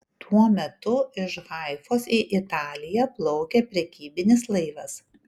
tuo metu iš haifos į italiją plaukė prekybinis laivas